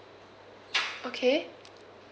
okay